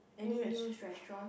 new restaurant